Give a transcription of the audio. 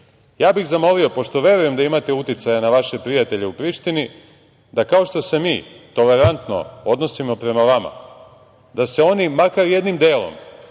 Ja bih zamolio, pošto verujem da imate uticaja na vaše prijatelje u Prištini, da kao što se mi tolerantno odnosimo prema vama da se oni makar jednim delom